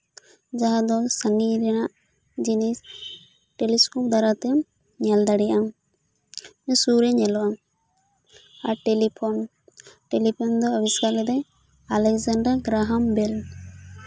ᱡᱟᱦᱟᱸ ᱫᱚ ᱥᱟᱹᱜᱤᱧ ᱨᱮᱱᱟᱜ ᱡᱤᱱᱤᱥ ᱴᱮᱞᱤᱥᱠᱳᱯ ᱫᱟᱨᱟᱭ ᱛᱮ ᱧᱮᱞ ᱫᱟᱲᱮᱭᱟᱜ ᱟᱢ ᱥᱩᱨ ᱨᱮ ᱧᱮᱞᱚᱜᱼᱟ ᱟᱨ ᱴᱮᱞᱤᱯᱷᱳᱱ ᱴᱮᱞᱤᱯᱳᱱ ᱫᱚ ᱟᱵᱤᱥᱠᱟᱨ ᱞᱮᱫᱟᱭ ᱟᱞᱮᱠᱡᱟᱱᱰᱟᱨ ᱜᱨᱟᱦᱚᱢ ᱵᱮᱞ